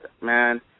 man